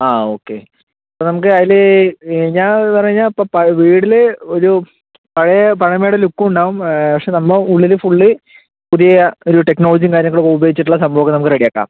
ആ ഓക്കെ ഇപ്പം നമുക്ക് അതില് ഞാൻ പറഞ്ഞാൽ ഇപ്പം പഴയ വീടില് ഒരു പഴയ പഴമയുടെ ലുക്കും ഉണ്ടാകും പക്ഷെ സംഭവം ഉള്ളില് ഫുള്ള് പുതിയ ഒരു ടെക്നോളജി കാര്യങ്ങളൊക്കെ ഉപയോഗിച്ചിട്ടുള്ള സംഭവങ്ങള് നമുക്ക് റെഡിയാക്കാം